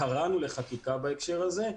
קראנו לחקיקה בהקשר הזה,